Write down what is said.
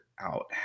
out